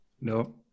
No